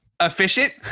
efficient